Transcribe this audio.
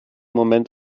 moment